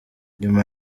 nyuma